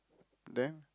then